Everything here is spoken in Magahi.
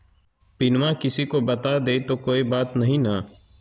पिनमा किसी को बता देई तो कोइ बात नहि ना?